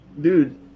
dude